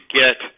get